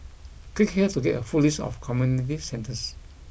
click here to get a full list of community centres